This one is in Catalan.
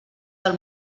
del